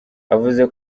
avuze